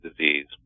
disease